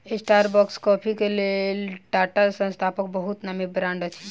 Starbucks coffee के लेल टाटा संस्थानक बहुत नामी ब्रांड अछि